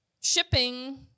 shipping